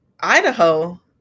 Idaho